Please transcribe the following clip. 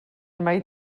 mai